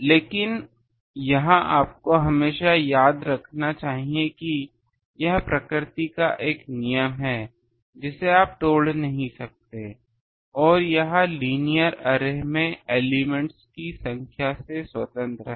लेकिन यह आपको हमेशा याद रखना चाहिए कि यह प्रकृति का एक नियम है जिसे आप नहीं तोड़ सकते हैं और यह लीनियर अरे में एलिमेंट्स की संख्या से स्वतंत्र है